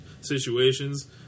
situations